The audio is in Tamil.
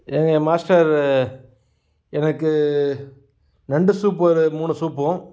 எங்க மாஸ்டர் எனக்கு நண்டு சூப் ஒரு மூணு சூப்பும்